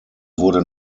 wurde